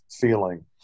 feeling